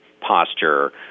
posture